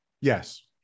Yes